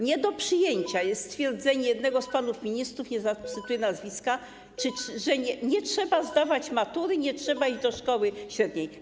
Nie do przyjęcia jest stwierdzenie jednego z panów ministrów - nie zacytuję nazwiska - że nie trzeba zdawać matury, nie trzeba iść do szkoły średniej.